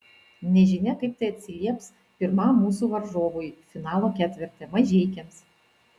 nežinia kaip tai atsilieps pirmam mūsų varžovui finalo ketverte mažeikiams